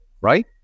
right